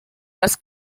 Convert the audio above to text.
les